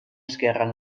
esguerren